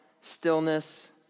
stillness